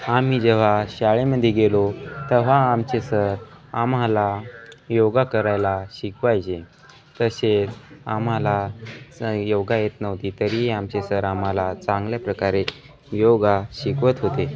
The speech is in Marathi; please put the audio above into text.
आम्ही जेव्हा शाळेमध्ये गेलो तेव्हा आमचे सर आम्हाला योग करायला शिकवायचे तसेच आम्हालाच योग येत नव्हती तरीही आमचे सर आम्हाला चांगल्या प्रकारे योग शिकवत होते